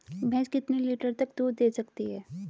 भैंस कितने लीटर तक दूध दे सकती है?